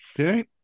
okay